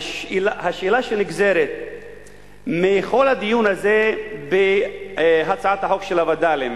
השאלה שנגזרת מכל הדיון הזה בהצעת חוק הווד”לים,